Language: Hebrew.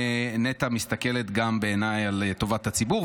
נטע מסתכלת גם בעיניי על טובת הציבור,